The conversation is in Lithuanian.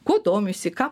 kuo domisi ką